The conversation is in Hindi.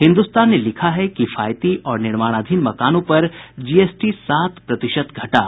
हिन्दुस्तान ने लिखा है किफायती और निर्माणाधीन मकानों पर जीएसटी सात प्रतिशत घटा